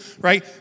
Right